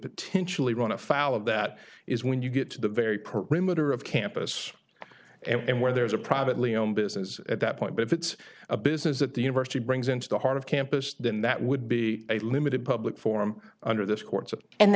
potentially run afoul of that is when you get to the very perimeter of campus and where there is a privately owned business at that point if it's a business at the university brings into the heart of campus then that would be a limited public forum under this court's and the